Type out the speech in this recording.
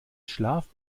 schlaf